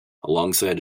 alongside